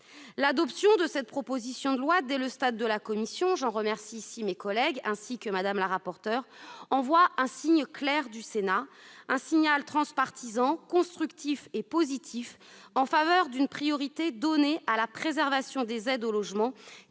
L'adoption de cette proposition de loi dès le stade de son examen en commission- j'en remercie mes collègues, ainsi que Mme la rapporteur -envoie un signe clair du Sénat, un signal transpartisan, constructif et positif en faveur d'une priorité donnée à la préservation des aides au logement,